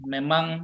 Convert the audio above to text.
Memang